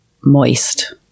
moist